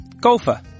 Golfer